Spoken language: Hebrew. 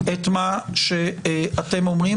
את מה שאתם אומרים,